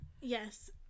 yes